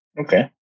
Okay